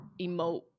emote